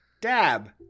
Dab